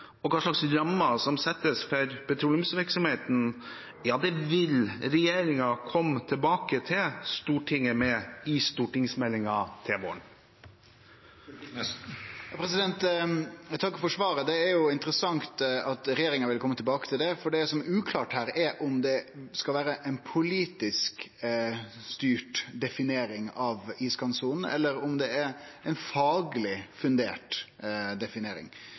og hva slags rammer som settes for petroleumsvirksomheten, vil regjeringen komme tilbake til Stortinget med i stortingsmeldingen til våren. Eg takkar for svaret. Det er jo interessant at regjeringa vil kome tilbake til det, for det som er uklart her, er om det skal vere ei politisk styrt definering av iskantsona, eller om det er ei fagleg fundert definering.